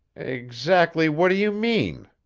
exactly what do you mean?